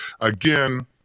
again